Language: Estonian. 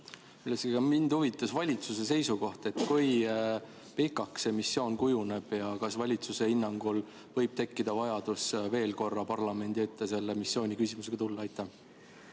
aga huvitas valitsuse seisukoht, kui pikaks see missioon kujuneb, ja see, kas valitsuse hinnangul võib tekkida vajadus veel korra parlamendi ette selle missiooni küsimusega tulla. Aitäh,